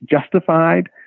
justified